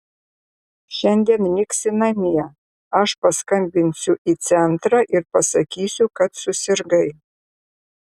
šiandien liksi namie aš paskambinsiu į centrą ir pasakysiu kad susirgai